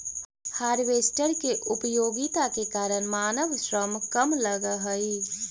harvester के उपयोगिता के कारण मानव श्रम कम लगऽ हई